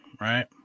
right